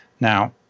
Now